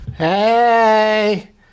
Hey